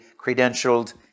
credentialed